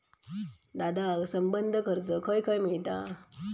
दादा, संबंद्ध कर्ज खंय खंय मिळता